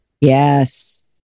Yes